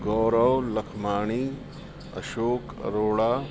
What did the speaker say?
Gaurav Lakhmani Ashok Arora